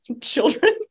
children